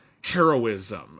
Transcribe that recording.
heroism